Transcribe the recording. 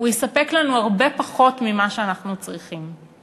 הוא יספק לנו הרבה פחות ממה שאנחנו צריכים.